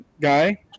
guy